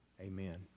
Amen